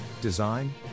design